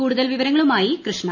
കൂടുതൽ വിവരങ്ങളുമായി കൃഷ്ണ